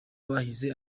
bahize